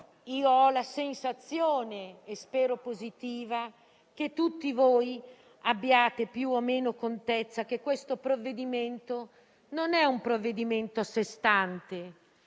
cui ho la sensazione - spero positiva - che tutti voi abbiate più o meno contezza che questo provvedimento non è a sé stante